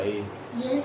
Yes